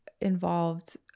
involved